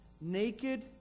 naked